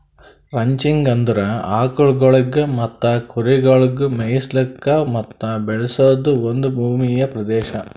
ranching ಅಂದುರ್ ಆಕುಲ್ಗೊಳಿಗ್ ಮತ್ತ ಕುರಿಗೊಳಿಗ್ ಮೆಯಿಸ್ಲುಕ್ ಮತ್ತ ಬೆಳೆಸದ್ ಒಂದ್ ಭೂಮಿಯ ಪ್ರದೇಶ